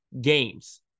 games